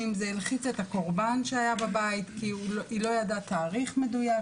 כי הם לא יכולים לתת טיפול.